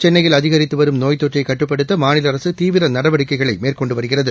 சென்னையில் அதிகித்து வரும் நோய் தொற்றை கட்டுப்படுத்த மாநில அரசு தீவிர நடவடிக்கைகளை மேற்கொண்டு வருகிறது